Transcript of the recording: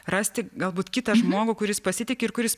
rasti galbūt kitą žmogų kuris pasitiki ir kuris